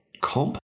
comp